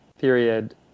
period